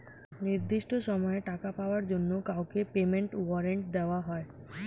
নির্দিষ্ট সময়ে টাকা পাওয়ার জন্য কাউকে পেমেন্ট ওয়ারেন্ট দেওয়া হয়